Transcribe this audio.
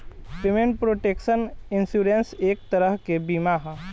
payment protection insurance एक तरह के बीमा ह